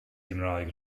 gymraeg